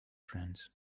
friends